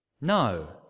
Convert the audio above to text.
No